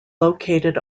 located